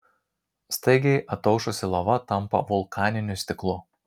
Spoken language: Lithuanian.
staigiai ataušusi lava tampa vulkaniniu stiklu